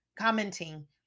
commenting